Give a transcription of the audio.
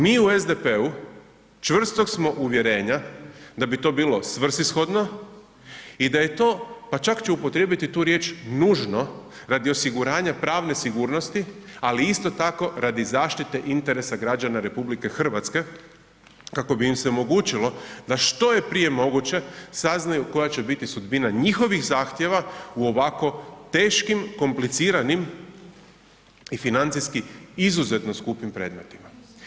Mi u SDP-u čvrstog smo uvjerenja da bi to bilo svrsishodno i da je to, pa čak ću upotrijebiti tu riječ, nužno radi osiguranja pravne sigurnosti ali isto tako radi zaštite interesa građana RH kako bi im se omogućilo da što je prije moguće saznaju koja će biti sudbina njihovih zahtjeva u ovako teškim kompliciranim i financijski izuzetno skupim predmetima.